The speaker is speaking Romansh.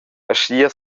aschia